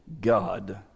God